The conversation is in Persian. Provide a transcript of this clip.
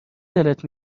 دلت